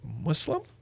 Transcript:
Muslim